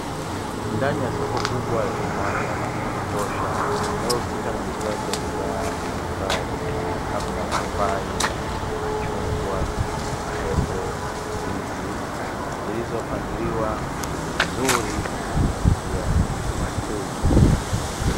Ndani ya soko kubwa lenye mwanga wa kutosha linalohusika na uuzaji wa bidhaa mbalimbali kama mapapai, machungwa, maepo, ndizi zilizopangiliwa vizuri kwa kuvutia wateja.